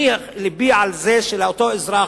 לבי על זה שלאותו אזרח,